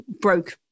broke